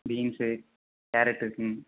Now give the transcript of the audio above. beans carrot இருக்குதுங்க